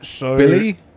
Billy